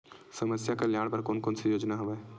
समस्या कल्याण बर कोन कोन से योजना हवय?